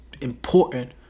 important